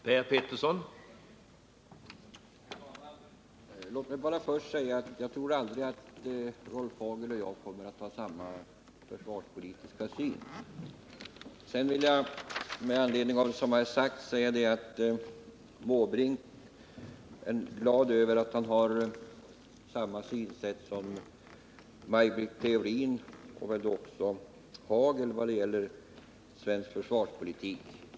Herr talman! Låt mig först säga att jag inte tror att Rolf Hagel och jag någonsin kommer att ha samma försvarspolitiska syn. Bertil Måbrink tycks vara glad över att han har samma synsätt som Maj Britt Theorin och väl också Rolf Hagel när det gäller svensk försvarspolitik.